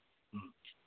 ꯎꯝ